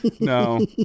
no